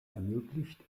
ermöglicht